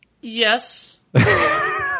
Yes